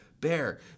bear